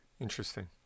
Interesting